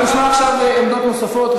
אנחנו נשמע עכשיו עמדות נוספות.